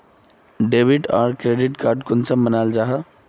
Debit आर credit card कुंसम बनाल जाहा?